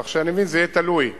כך שאני מבין, זה יהיה תלוי בנו,